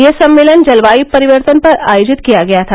यह सम्मेलन जलवायू परिवर्तन पर आयोजित किया गया था